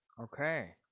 okay